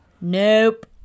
Nope